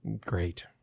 Great